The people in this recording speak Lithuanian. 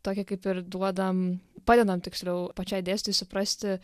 tokią kaip ir duodam padedam tiksliau pačiai dėstytojai suprasti